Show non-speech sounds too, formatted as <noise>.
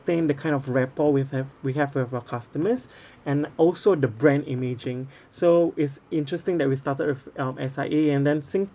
that kind of rapport we have we have with our customers <breath> and also the brand imaging <breath> so it's interesting that we started of um S_I_A and then Singtel